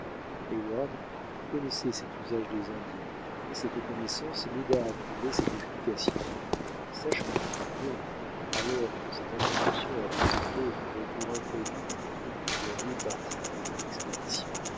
heyward connaissait cet usage des indiens et cette connaissance l'aida à trouver cette explication sachant donc alors que cette interruption avait pour cause le retour imprévu d'une troupe de guerriers partis pour une expédition